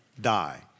die